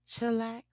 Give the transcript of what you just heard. chillax